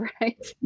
right